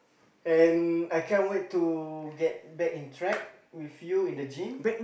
and I can't wait to get back in track with you in the gym